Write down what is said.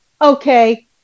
Okay